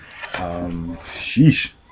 Sheesh